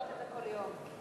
כל יום,